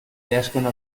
riescono